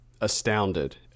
astounded